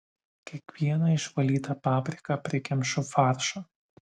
kiekvieną išvalytą papriką prikemšu faršo